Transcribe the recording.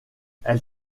elle